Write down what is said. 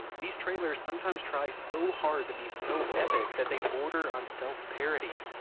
these trailers sometimes try so hard to be so epic that they border on self parody.